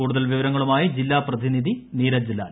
കൂടുതൽ വിവ്രങ്ങളുമായി ജില്ലാ പ്രതിനിധി നീരജ് ലാൽ